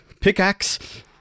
pickaxe